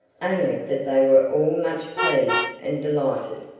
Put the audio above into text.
only that they were all much pleased and delighted.